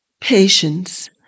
patience